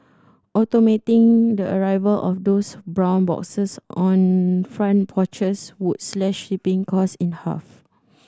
automating the arrival of those brown boxes on front porches would slash shipping cost in half